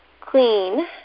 clean